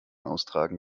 austragen